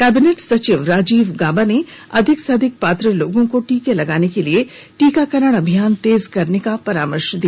cabinet सचिव राजीव गाबा ने अधिक से अधिक पात्र लोगों को टीके लगाने के लिए टीकाकरण अभियान तेज करने का परामर्श दिया